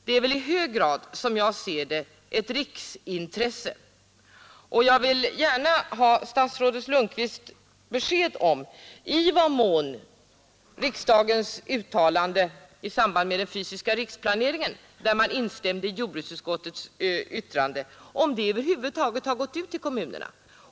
Det är i första hand, som jag ser det, ett riksintresse, och jag vill gärna ha statsrådet Lundkvists besked om i vad mån riksdagens uttalande i samband med den fysiska riksplaneringen, där man instämde i jordbruksutskottets yttrande, över huvud taget har gått ut till kommunerna.